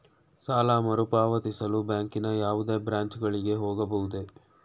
ಸಾಲ ಮರುಪಾವತಿಸಲು ಬ್ಯಾಂಕಿನ ಯಾವುದೇ ಬ್ರಾಂಚ್ ಗಳಿಗೆ ಹೋಗಬಹುದೇ?